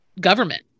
government